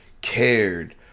cared